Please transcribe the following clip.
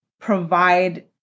provide